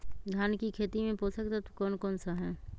धान की खेती में पोषक तत्व कौन कौन सा है?